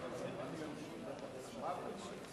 מה אתה רוצה שאני אעשה?